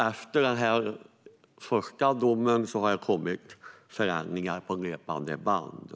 Efter den första domen har förändringar kommit på löpande band.